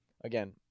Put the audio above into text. Again